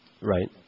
Right